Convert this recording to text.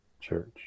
church